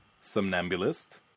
Somnambulist